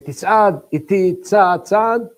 ‫תצעד, איתי, צעד, צעד.